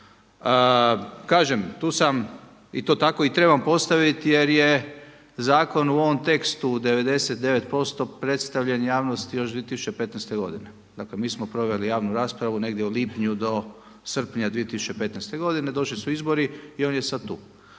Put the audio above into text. Kažem, tu sam i to tako i trebam postaviti jer je zakon u ovom tekstu 99% predstavljen javnosti još 2015. godine, dakle mi smo proveli javnu raspravu negdje u lipnju do srpnja 2015. godine, došli su izbori i on je sada tu.